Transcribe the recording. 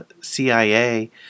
CIA